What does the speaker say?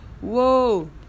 Whoa